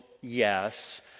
yes